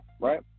right